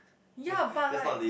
ya but like